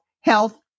health